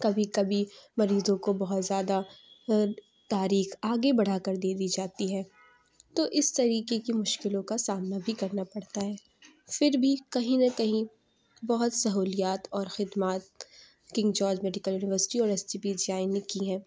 کبھی کبھی مریضوں کو بہت زیادہ تاریخ آگے بڑھا کر دے دی جاتی ہے تو اس طریقے کی مشکلوں کا سامنا بھی کرنا پڑتا ہے پھر بھی کہیں نہ کہیں بہت سہولیات اور خدمات کنگ جارج میڈیکل یونیورسٹی اور S G P G I نے کی ہیں